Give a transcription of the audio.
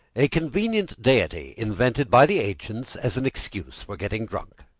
a convenient deity invented by the ancients as an excuse for getting drunk.